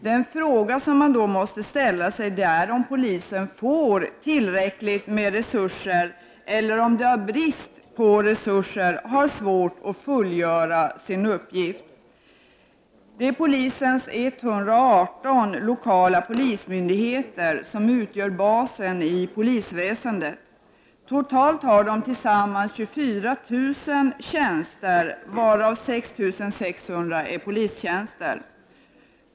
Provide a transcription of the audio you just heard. Den fråga man måste ställa sig är om polisen får tillräckligt med resurser eller om den på grund av brist på resurser har svårt att fullgöra sin uppgift. Det är polisens 118 lokala polismyndigheter som utgör basen i polisväsendet. Totalt har de tillsammans 24 000 tjänster, varav 16 600 polistjänster.